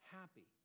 happy